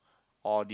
all